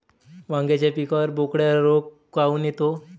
वांग्याच्या पिकावर बोकड्या रोग काऊन येतो?